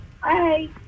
Hi